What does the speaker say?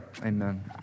Amen